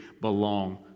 belong